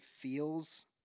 feels